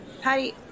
patty